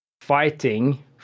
fighting